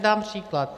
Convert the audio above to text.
Dám příklad.